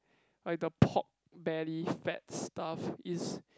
like the pork belly fat stuff is